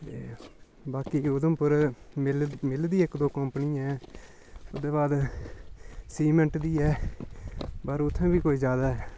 ते बाकी उधमपुर मिल मिल दी इक दो कौंपनी ऐ ओह्दे बाद सिमैंट बी ऐ पर उत्थें बी कोई ज्यादा